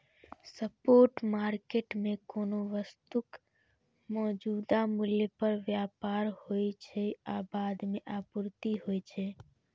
spot market मे कोनो वस्तुक मौजूदा मूल्य पर व्यापार होइ छै आ बाद मे आपूर्ति होइ छै